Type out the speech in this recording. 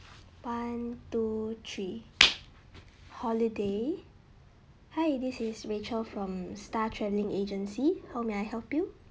one two three holiday hi this is rachel from star travelling agency how may I help you